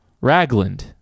Ragland